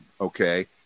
okay